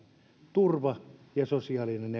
turva ja sosiaalinen